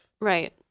Right